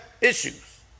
issues